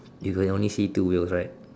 you can only see two wheels right